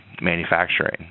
Manufacturing